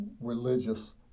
religious